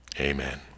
Amen